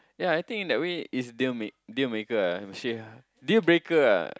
yea I think in that way is deal make deal maker ah she deal breaker ah